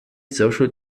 social